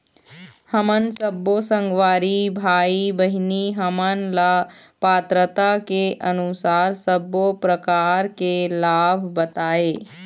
हमन सब्बो संगवारी भाई बहिनी हमन ला पात्रता के अनुसार सब्बो प्रकार के लाभ बताए?